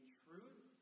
truth